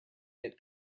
get